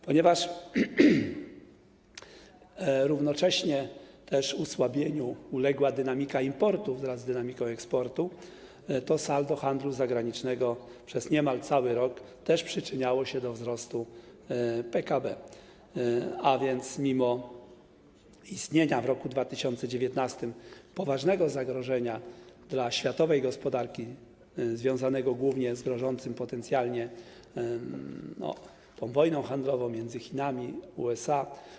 Ponieważ równocześnie osłabieniu uległa dynamika importu wraz z dynamiką eksportu, saldo handlu zagranicznego przez niemal cały rok też przyczyniało się do wzrostu PKB mimo istnienia w roku 2019 poważnego zagrożenia dla światowej gospodarki związanego głównie z potencjalną wojną handlową między Chinami i USA.